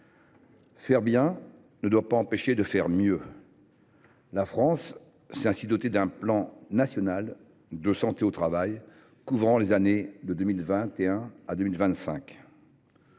Faire bien ne doit pas nous empêcher de faire mieux. La France s’est ainsi dotée d’un plan national de santé au travail couvrant les années 2021 à 2025.